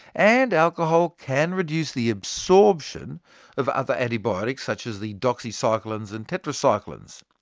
and alcohol can reduce the absorption of other antibiotics such as the doxycyclines and tetracyclines.